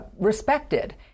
respected